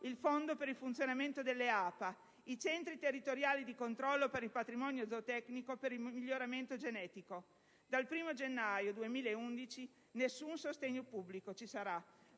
il fondo per il funzionamento delle APA, i centri territoriali di controllo per il patrimonio zootecnico, per il miglioramento genetico. Dal 1° gennaio 2011 nessun sostegno pubblico ci sarà.